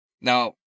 Now